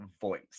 voice